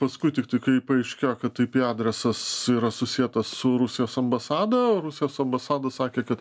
paskui tiktai kai paaiškėjo kad ip adresas yra susietas su rusijos ambasada rusijos ambasada sakė kad